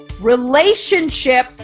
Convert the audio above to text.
relationship